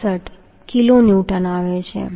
62 kilonewton આવે છે